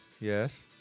Yes